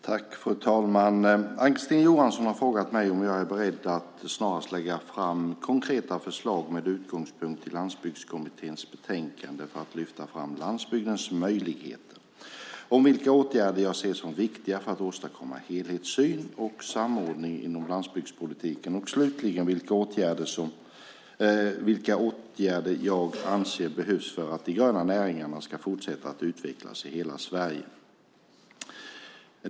Fru talman! Ann-Kristine Johansson har frågat mig om jag är beredd att snarast lägga fram konkreta förslag med utgångspunkt i Landsbygdskommitténs betänkande för att lyfta fram landsbygdens möjligheter, vilka åtgärder jag ser som viktiga för att åstadkomma helhetssyn och samordning inom landsbygdspolitiken och slutligen vilka åtgärder jag anser behövs för att de gröna näringarna ska fortsätta att utvecklas i hela Sverige.